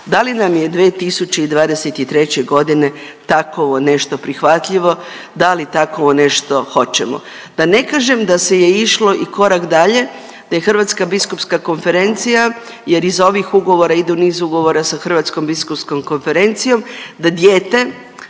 da li nam je 2023.g. takovo nešto prihvatljivo, da li takovo nešto hoćemo? Da ne kažem da se je išlo i korak dalje da je Hrvatska biskupska konferencija, jer iz ovih ugovora ide u niz ugovora sa Hrvatskom biskupskom konferencijom, da dijete